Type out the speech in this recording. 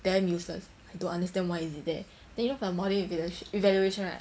damn useless I don't understand why is it there then you for the module evalu~ evaluation right